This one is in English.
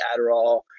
Adderall –